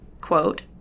quote